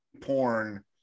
porn